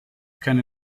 keine